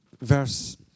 verse